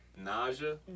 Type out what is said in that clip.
Nausea